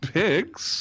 pigs